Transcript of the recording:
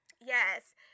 Yes